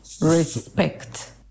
respect